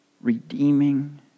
redeeming